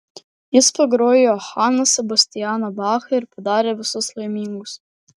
jis pagrojo johaną sebastianą bachą ir padarė visus laimingus